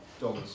dollars